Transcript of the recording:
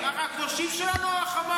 החיילים הקדושים שלנו או חמאס?